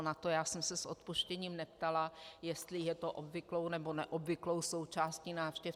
Na to já jsem se s odpuštěním neptala, jestli je to obvyklou, nebo neobvyklou součástí návštěv.